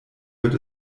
wird